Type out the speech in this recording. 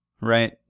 Right